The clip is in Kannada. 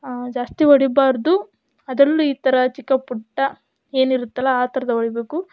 ಜಾಸ್ತಿ ಹೊಡಿಬಾರದು ಅದರಲ್ಲೂ ಈ ಥರ ಚಿಕ್ಕ ಪುಟ್ಟ ಏನಿರುತ್ತಲ್ಲ ಆ ಥರದ್ದು ಹೊಡಿಬೇಕು